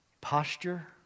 posture